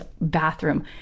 bathroom